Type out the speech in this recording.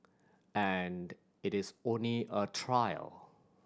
and it is only a trial